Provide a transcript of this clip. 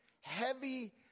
heavy